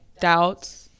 doubts